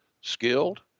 skilled